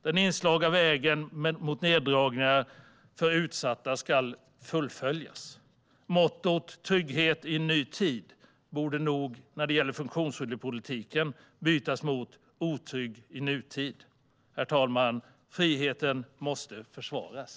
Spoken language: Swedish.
Den inslagna vägen med neddragningar för utsatta ska fullföljas. Mottot "trygghet i en ny tid" borde nog när det gäller funktionshinderspolitiken bytas mot "otrygg i nutid". Herr talman! Friheten måste försvaras.